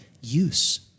use